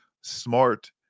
smart